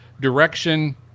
direction